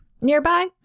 nearby